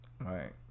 Right